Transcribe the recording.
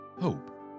hope